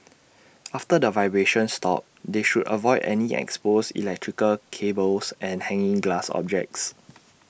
after the vibrations stop they should avoid any exposed electrical cables and hanging glass objects